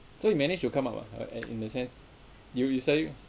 so you managed to come up ah in a sense do you you said you